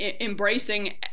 embracing